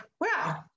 wow